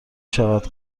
شود